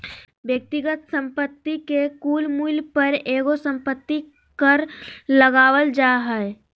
व्यक्तिगत संपत्ति के कुल मूल्य पर एगो संपत्ति कर लगावल जा हय